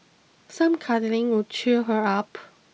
some cuddling would cheer her up